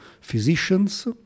physicians